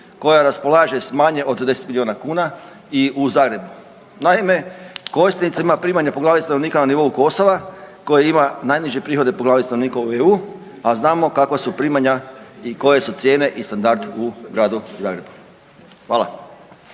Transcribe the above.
koja raspolaže sa manje od 10 milijuna kuna i u Zagrebu. Naime, korisnicima primanja po glavi stanovnika na nivou Kosova koje ima najniže prihode po glavi stanovnika u EU, a znamo kakva su primanja i koje su cijene u gradu Zagrebu. Hvala.